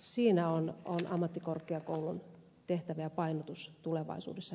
siinä on ammattikorkeakoulun tehtävä ja painotus tulevaisuudessa myös